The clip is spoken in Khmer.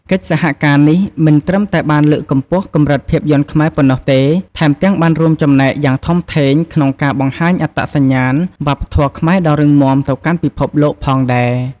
កិច្ចសហការនេះមិនត្រឹមតែបានលើកកម្ពស់កម្រិតភាពយន្តខ្មែរប៉ុណ្ណោះទេ ថែមទាំងបានរួមចំណែកយ៉ាងធំធេងក្នុងការបង្ហាញអត្តសញ្ញាណវប្បធម៌ខ្មែរដ៏រឹងមាំទៅកាន់ពិភពលោកផងដែរ។